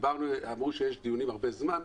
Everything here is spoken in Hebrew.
אמרו שיש הרבה זמן דיונים.